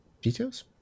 details